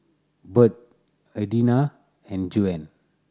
Bird Adina and Juan